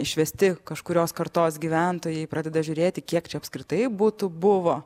išvesti kažkurios kartos gyventojai pradeda žiūrėti kiek čia apskritai butų buvo